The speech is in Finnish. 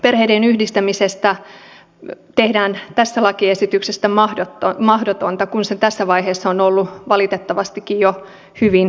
perheiden yhdistämisestä tehdään tässä lakiesityksessä mahdotonta kun se jo tässäkin vaiheessa on ollut valitettavasti hyvin vaikeaa